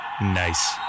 Nice